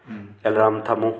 alarm ꯊꯝꯃꯨ